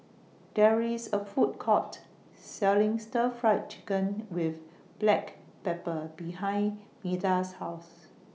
There IS A Food Court Selling Stir Fry Chicken with Black Pepper behind Meda's House